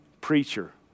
preacher